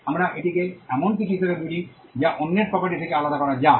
আমরা এটিকে এমন কিছু হিসাবে বুঝি যা অন্যের প্রপার্টি থেকে আলাদা করা যায়